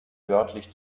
wörtlich